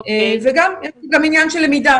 יש גם עניין של למידה.